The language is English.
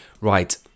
Right